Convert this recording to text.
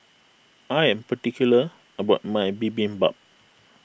I am particular about my Bibimbap